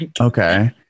Okay